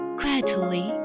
quietly